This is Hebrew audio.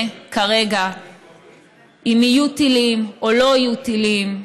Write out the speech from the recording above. כרגע אם יהיו טילים או לא יהיו טילים,